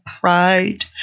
pride